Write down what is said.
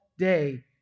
day